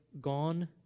gone